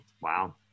Wow